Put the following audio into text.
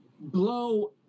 blow